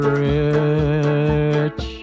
rich